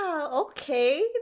Okay